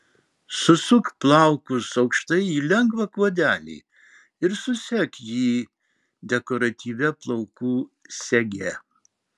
susuk plaukus aukštai į lengvą kuodelį ir susek jį dekoratyvia plaukų sege